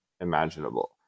imaginable